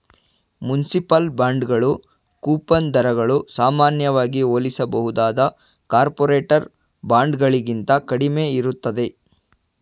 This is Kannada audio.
ಮುನ್ಸಿಪಲ್ ಬಾಂಡ್ಗಳು ಕೂಪನ್ ದರಗಳು ಸಾಮಾನ್ಯವಾಗಿ ಹೋಲಿಸಬಹುದಾದ ಕಾರ್ಪೊರೇಟರ್ ಬಾಂಡ್ಗಳಿಗಿಂತ ಕಡಿಮೆ ಇರುತ್ತೆ